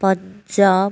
Punjab